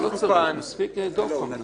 הכנסת הזאת מתפזרת.